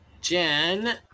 Jen